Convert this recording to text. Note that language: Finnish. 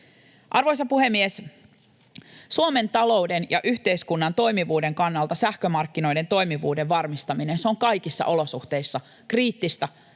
Arvoisa puhemies! Suomen talouden ja yhteiskunnan toimivuuden kannalta sähkömarkkinoiden toimivuuden varmistaminen on kaikissa olosuhteissa kriittistä